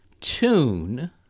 tune